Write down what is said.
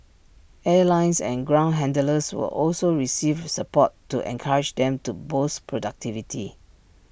airlines and ground handlers will also receive support to encourage them to boost productivity